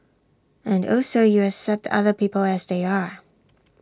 and also you accept other people as they are